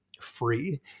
free